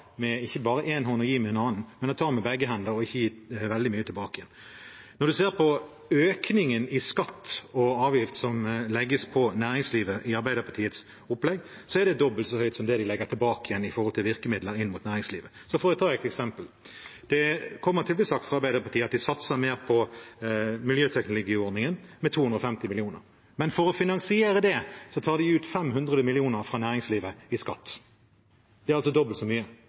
med én hånd og gi med en annen, men om å ta med begge hender og ikke gi veldig mye tilbake. Når en ser på økningen i skatter og avgifter som legges på næringslivet i Arbeiderpartiets opplegg, er det dobbelt så mye som det de legger tilbake av virkemidler for næringslivet. For å ta ett eksempel: Det kommer til å bli sagt av Arbeiderpartiet at de satser mer på Miljøteknologiordningen, med 250 mill. kr, men for å finansiere det tar de 500 mill. kr fra næringslivet i skatt. Det er altså dobbelt så mye.